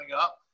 up